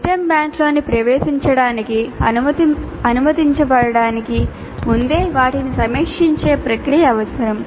item బ్యాంక్లోకి ప్రవేశించడానికి అనుమతించబడటానికి ముందే వాటిని సమీక్షించే ప్రక్రియ అవసరం